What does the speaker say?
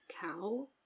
Cow